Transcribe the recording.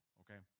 okay